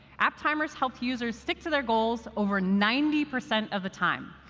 app timers help users stick to their goals over ninety percent of the time.